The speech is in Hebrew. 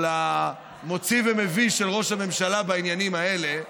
או המוציא ומביא של ראש הממשלה בעניינים האלה,